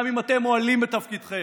גם אם אתם מועלים בתפקידכם.